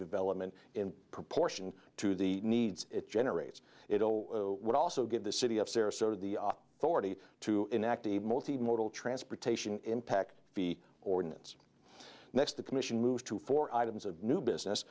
development in proportion to the needs it generates it will also give the city of sarasota the forty to enact the multi modal transportation impact fee ordinance next the commission moves to four items of new business